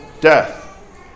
death